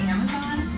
Amazon